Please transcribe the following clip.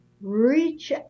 reach